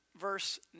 verse